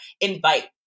invite